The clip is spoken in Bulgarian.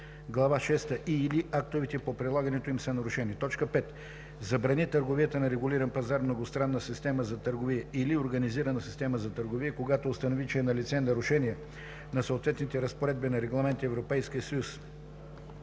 глава шеста и/или актовете по прилагането им са нарушени; 5. забрани търговията на регулиран пазар, многостранна система за търговия или организирана система за търговия, когато установи, че е налице нарушение на съответните разпоредби на Регламент (ЕС)